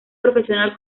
profesional